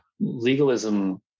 legalism